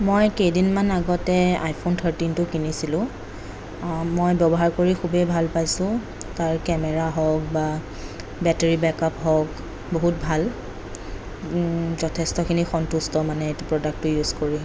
মই কেইদিনমান আগতে আইফোন থাৰ্টিনটো কিনিছিলোঁ মই ব্যৱহাৰ কৰি খুবই ভাল পাইছোঁ তাৰ কেমেৰা হওক বা বেটেৰী বেকআপ হওক বহুত ভাল যথেষ্টখিনি সন্তুষ্ট মানে এইটো প্ৰডাক্ট ইউজ কৰি